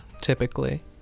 typically